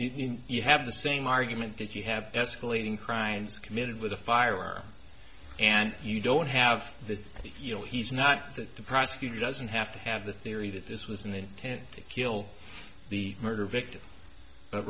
you have the same argument that you have escalating crimes committed with a firearm and you don't have this you know he's not that the prosecutor doesn't have to have the theory that this was an intent to kill the murder victim but